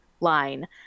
line